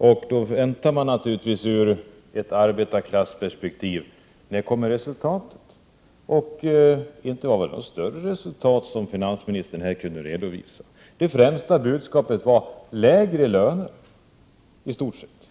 Ur ett arbetarklassperspektiv frågar man sig då: När kommer resultatet? Inte var det något större resultat som finansministern här kunde redovisa. Det främsta budskapet var lägre löner i stort sett.